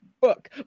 book